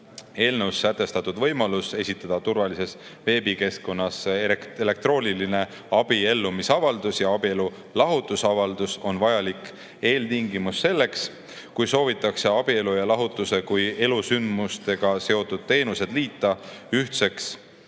Eelnõus sätestatud võimalus esitada turvalises veebikeskkonnas elektrooniline abiellumisavaldus ja abielulahutusavaldus on vajalik eeltingimus selleks, kui soovitakse abielu ja lahutuse kui elusündmustega seotud teenused liita ühtseks